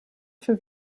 für